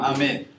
Amen